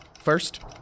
First